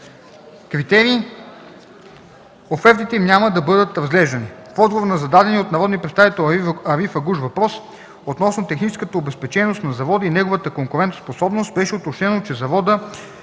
критерии, офертите им няма да бъдат разглеждани. В отговор на зададения от народния представител Ариф Агуш въпрос относно техническата обезпеченост на завода и неговата конкурентоспособност беше уточнено, че заводът